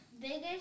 biggest